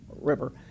river